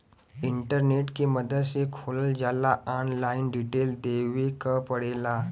internet के मदद से खोलल जाला ऑनलाइन डिटेल देवे क पड़ेला